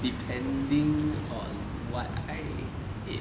depending on what I ate